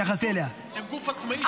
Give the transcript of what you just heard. הפרקליטות הם גוף עצמאי שעושה מה שהוא רוצה.